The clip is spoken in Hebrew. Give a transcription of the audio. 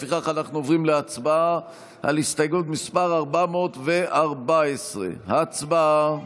לפיכך אנחנו עוברים להצבעה על הסתייגות מס' 414. הצבעה.